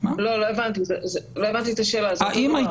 לא הבנתי את השאלה, זה אותו דבר.